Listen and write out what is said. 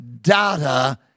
data